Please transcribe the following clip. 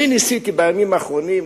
אני ניסיתי בימים האחרונים,